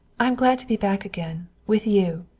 i'm glad to be back again with you.